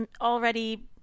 already